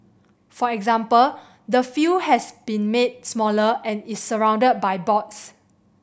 for example the field has been made smaller and is surrounded by boards